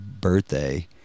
birthday